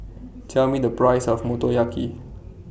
Tell Me The Price of Motoyaki